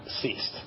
ceased